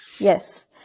Yes